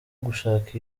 gushaka